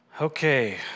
Okay